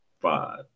Five